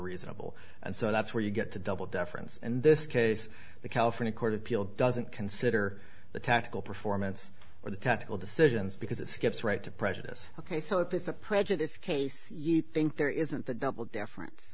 reasonable and so that's where you get the double deference in this case the california court of appeal doesn't consider the tactical performance or the tactical decisions because it skips right to prejudice ok so if it's a prejudice case you think there isn't that double deference